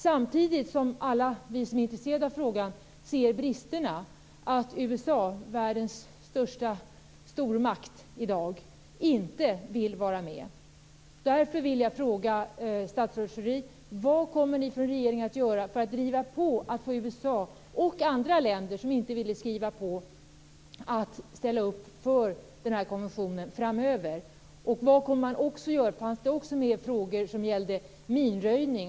Samtidigt ser vi alla som är intresserade av frågan bristerna, nämligen att USA som i dag är världens största stormakt inte vill vara med. Därför vill jag fråga statsrådet Pierre Schori: Vad kommer ni i regeringen att göra för att driva på för att förmå USA och andra länder som inte ville skriva under avtalet att ställa sig bakom konventionen framöver? Det fanns också med frågor som gällde minröjning.